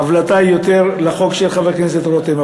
כאן הבלטה של החוק של חבר הכנסת רותם.